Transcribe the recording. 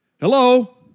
Hello